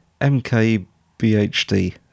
MKBHD